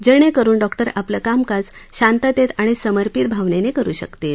जेणेकरुन डॉक्टर आपलं कामकाज शांततेत आणि समर्पित भावनेने करु शकतील